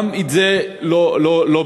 גם את זה לא ביצעו.